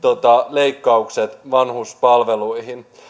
leikkaukset vanhuspalveluihin